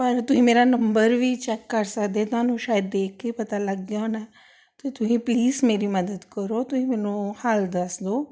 ਪਰ ਤੁਸੀਂ ਮੇਰਾ ਨੰਬਰ ਵੀ ਚੈੱਕ ਕਰ ਸਕਦੇ ਤੁਹਾਨੂੰ ਸ਼ਾਇਦ ਦੇਖ ਕੇ ਪਤਾ ਲੱਗ ਗਿਆ ਹੋਣਾ ਤਾਂ ਤੁਸੀਂ ਪਲੀਜ਼ ਮੇਰੀ ਮਦਦ ਕਰੋ ਤੁਸੀਂ ਮੈਨੂੰ ਹਾਲ ਦੱਸ ਦਿਓ